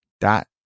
dot